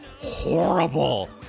horrible